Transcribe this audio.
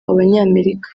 abanyamerika